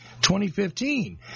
2015